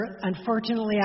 unfortunately